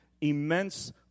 immense